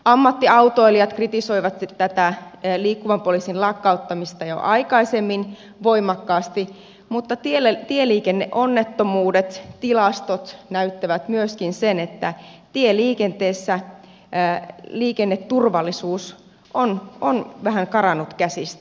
ammattiautoilijat kritisoivat tätä liikkuvan poliisin lakkauttamista jo aikaisemmin voimakkaasti mutta tieliikenneonnettomuudet tilastot näyttävät myöskin sen että tieliikenteessä liikenneturvallisuus on vähän karannut käsistä